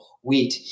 wheat